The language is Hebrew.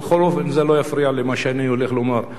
בכל אופן, זה לא יפריע למה שאני הולך לומר.